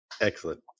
excellent